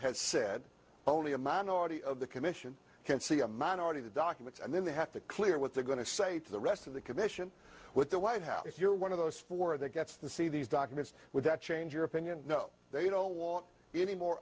has said only a minority of the commission can see a minority the documents and then they have to clear what they're going to say to the rest of the commission what the white house if you're one of those four that gets the see these documents would that change your opinion they don't want any more